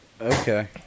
Okay